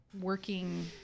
working